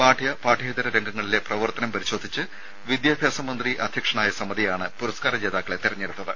പാഠ്യ പാഠ്യേതര രംഗങ്ങളിലെ പ്രവർത്തനം പരിശോധിച്ച് വിദ്യാഭ്യാസ മന്ത്രി അധ്യക്ഷനായ സമിതിയാണ് പുരസ്കാര ജേതാക്കളെ തെരഞ്ഞെടുത്തത്